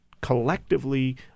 collectively